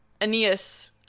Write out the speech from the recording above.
Aeneas